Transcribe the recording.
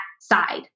side